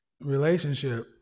relationship